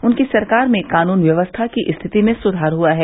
उनकी सरकार में कानून व्यवस्था की स्थिति में सुधार हुआ है